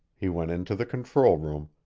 he went into the control room,